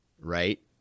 right